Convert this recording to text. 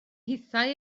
hithau